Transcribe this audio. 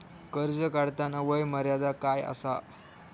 कर्ज काढताना वय मर्यादा काय आसा?